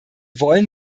wollen